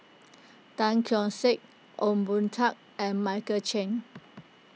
Tan Keong Saik Ong Boon Tat and Michael Chiang